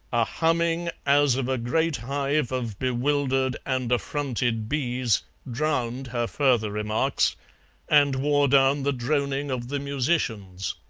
a humming as of a great hive of bewildered and affronted bees drowned her further remarks and wore down the droning of the musicians.